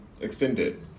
extended